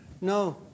No